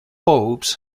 popes